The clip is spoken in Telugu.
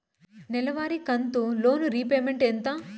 నెలవారి కంతు లోను రీపేమెంట్ ఎంత?